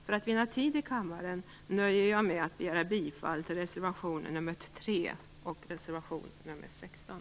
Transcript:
För att vinna tid i kammaren nöjer jag mig med att yrka bifall till reservation nr 3 och reservation nr 16.